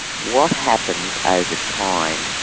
what happens over time,